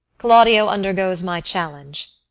claudio undergoes my challenge,